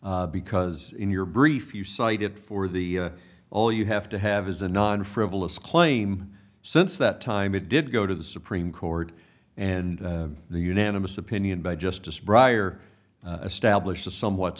rich because in your brief you cited for the all you have to have is a non frivolous claim since that time it did go to the supreme court and the unanimous opinion by justice briar established a somewhat